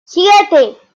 siete